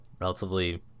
relatively